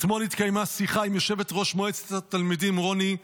אתמול התקיימה שיחה עם יושבת-ראש מועצת התלמידים רוני קמאי,